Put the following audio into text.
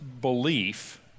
belief